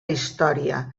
història